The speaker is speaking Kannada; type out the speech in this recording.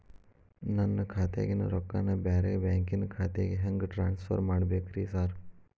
ನನ್ನ ಖಾತ್ಯಾಗಿನ ರೊಕ್ಕಾನ ಬ್ಯಾರೆ ಬ್ಯಾಂಕಿನ ಖಾತೆಗೆ ಹೆಂಗ್ ಟ್ರಾನ್ಸ್ ಪರ್ ಮಾಡ್ಬೇಕ್ರಿ ಸಾರ್?